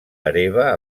hereva